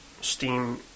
Steam